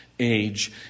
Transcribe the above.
age